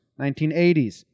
1980s